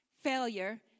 Failure